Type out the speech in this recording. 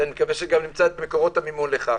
ואני מקווה שגם נמצא את מקורות המימון לכך,